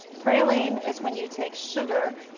praline is when you take sugar,